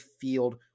field